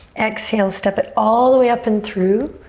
exhale, step it all the way up and through.